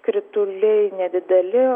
krituliai nedideli